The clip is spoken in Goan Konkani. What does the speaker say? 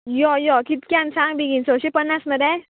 यो यो कितक्यान सांग बेगीन सोवशी पन्नास मरे